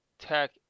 tech